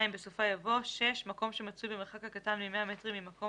(2)בסופה יבוא: "(6)מקום שמצוי במרחק הקטן מ-100 מטרים ממקום